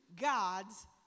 God's